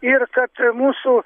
ir kad mūsų